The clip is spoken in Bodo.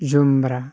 जुम्ब्रा